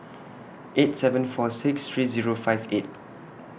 eight seven four six three Zero five eight